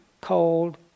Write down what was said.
cold